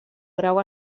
grau